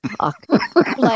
fuck